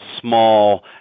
small